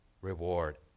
reward